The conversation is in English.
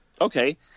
Okay